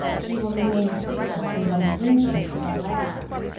she will remain stable and unflinching to the last.